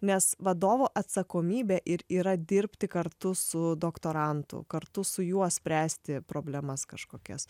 nes vadovo atsakomybė ir yra dirbti kartu su doktorantu kartu su juo spręsti problemas kažkokias